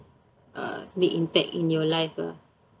uh big impact in your life ah